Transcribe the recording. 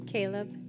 Caleb